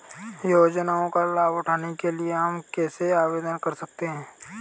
योजनाओं का लाभ उठाने के लिए हम कैसे आवेदन कर सकते हैं?